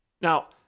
Now